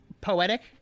poetic